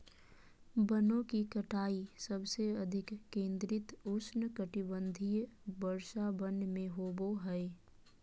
वनों की कटाई सबसे अधिक केंद्रित उष्णकटिबंधीय वर्षावन में होबो हइ